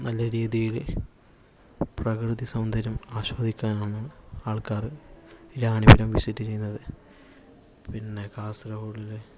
നല്ല രീതില് പ്രകൃതി സൗന്ദര്യം ആസ്വദിക്കാൻ വന്നാണ് ആൾക്കാര് റാണിപുരം വിസിറ്റ് ചെയ്യുന്നത് പിന്നെ കാസർഗോഡിലെ